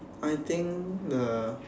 I think the